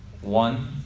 One